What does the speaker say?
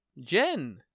Jen